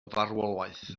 farwolaeth